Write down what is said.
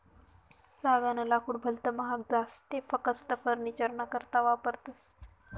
सागनं लाकूड भलत महाग जास ते फकस्त फर्निचरना करता वापरतस